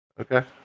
Okay